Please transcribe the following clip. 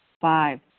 five